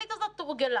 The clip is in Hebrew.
התוכנית הזאת תורגלה,